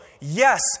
Yes